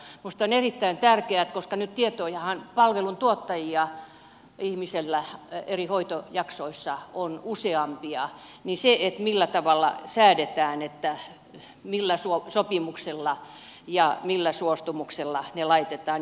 minusta on erittäin tärkeää koska nyt palveluntuottajia ihmisellä eri hoitojaksoissa on useampia millä tavalla säädetään millä sopimuksella ja millä suostumuksella ne laitetaan